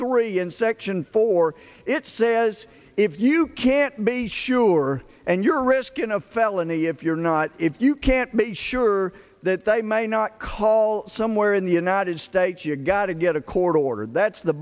three in section four it says if you can't be sure and you're risking a felony if you're not if you can't make sure that they may not call somewhere in the united states you've got to get a court order that's the